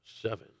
seven